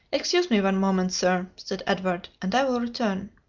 excuse me one moment, sir, said edward, and i will return.